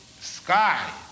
sky